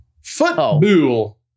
Football